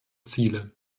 ziele